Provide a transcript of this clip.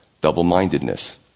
double-mindedness